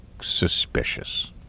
suspicious